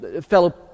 fellow